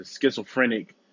schizophrenic